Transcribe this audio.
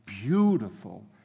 Beautiful